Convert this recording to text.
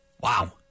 Wow